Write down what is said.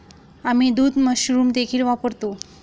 आम्ही दूध मशरूम देखील वापरतो